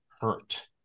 hurt